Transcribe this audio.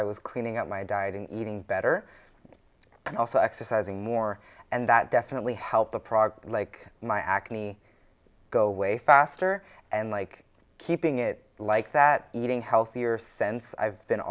i was cleaning out my diet and eating better and also exercising more and that definitely helped the product like my acne go away faster and like keeping it like that eating healthier sense i've been